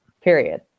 Period